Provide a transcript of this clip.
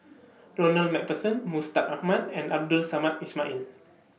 Ronald MacPherson Mustaq Ahmad and Abdul Samad Ismail